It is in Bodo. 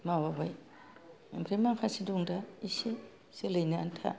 माबाबाय ओमफ्राइ माखासे दं दा एसे जोलैनो आन्था